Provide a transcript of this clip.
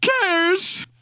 cares